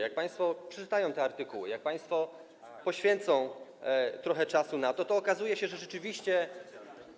Jak państwo przeczytają te artykuły, jak państwo poświęcą trochę czasu na to, to okaże się, że rzeczywiście.